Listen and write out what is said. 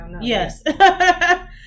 Yes